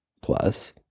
Plus